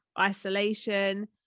isolation